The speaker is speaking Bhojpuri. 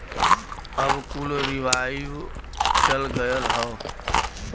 अब कुल रीवाइव चल गयल हौ